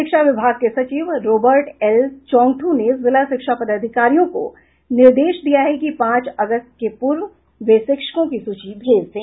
शिक्षा विभाग के सचिव रोबर्ट एल चौंग्थू ने जिला शिक्षा पदाधिकारियों को निर्देश दिया है कि पांच अगस्त के पूर्व वे शिक्षकों की सूची भेज दें